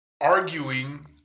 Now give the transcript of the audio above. arguing